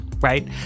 right